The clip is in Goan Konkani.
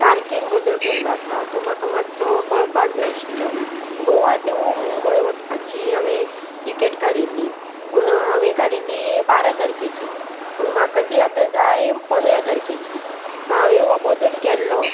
तारकेन बदल केल्लो आसा तो म्हाका मातसो कळपाक जाय आशिल्लो गोवा टू मुंबय वचपाची हांवें तिकेट काडिल्ली पूण हांवें काडिल्ली बारा तारकेची पूण म्हाका ती आतां जाय पंदरा तारखेची सो हांवें हो बदल केल्लो